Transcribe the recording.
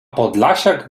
podlasiak